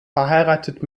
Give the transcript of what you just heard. verheiratet